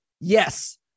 yes